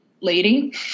lady